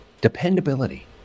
Dependability